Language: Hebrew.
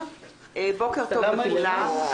בוקר טוב לכולם.